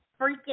freaking